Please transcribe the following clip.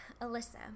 Alyssa